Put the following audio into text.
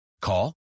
Call